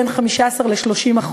בין 15% ל-30%,